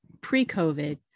pre-COVID